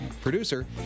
producer